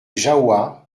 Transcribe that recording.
jahoua